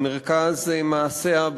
במרכז מעשיה,